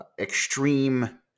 extreme